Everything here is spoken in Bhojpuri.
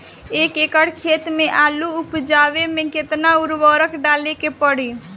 एक एकड़ खेत मे आलू उपजावे मे केतना उर्वरक डाले के पड़ी?